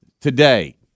today